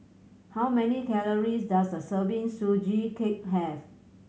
how many calories does a serving Sugee Cake have